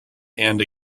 and